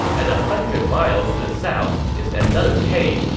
and a hundred miles to the south is another cave,